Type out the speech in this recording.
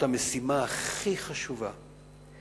ואני אומר לך: זאת יכולה להיות המשימה הכי חשובה,